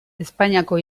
espainiako